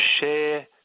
share